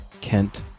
Kent